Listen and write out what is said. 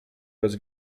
bez